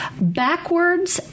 Backwards